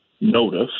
notice